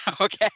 okay